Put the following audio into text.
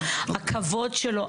הכבוד שלו,